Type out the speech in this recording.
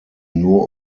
nur